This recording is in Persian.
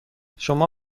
شما